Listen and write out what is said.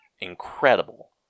Incredible